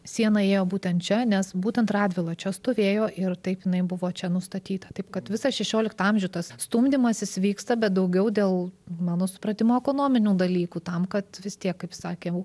siena ėjo būtent čia nes būtent radvila čia stovėjo ir taip jinai buvo čia nustatyta taip kad visą šešioliktą amžių tas stumdymasis vyksta bet daugiau dėl mano supratimu ekonominių dalykų tam kad vis tiek kaip sakiau